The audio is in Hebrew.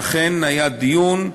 ואכן, היה דיון.